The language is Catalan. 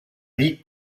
vic